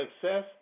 success